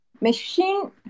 Machine